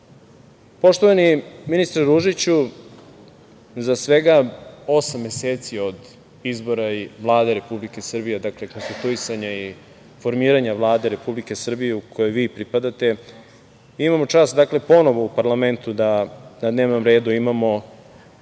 ministre Ružiću, za svega osam meseci od izbora i Vlade Republike Srbije, dakle, konstituisanja i formiranja Vlade Republike Srbije kojoj vi pripadate, imamo čast ponovo u parlamentu da na dnevnom redu imamo